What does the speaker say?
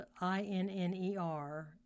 i-n-n-e-r